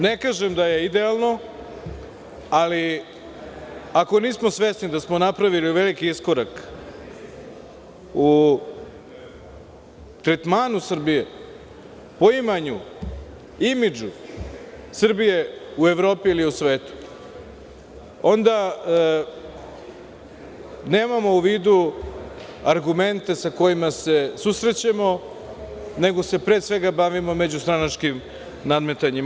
Ne kažem da je idealno, ali ako nismo svesni da smo napravili veliki iskorak u tretmanu Srbije, poimanju, imidžu Srbije u Evropi ili u svetu, onda nemamo u vidu argumente sa kojima se susrećemo, nego se pre svega bavimo međustranačkim nadmetanjima.